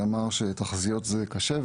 שאמר שתחזיות זה קשה,